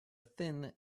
thin